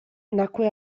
nacque